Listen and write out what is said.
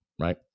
right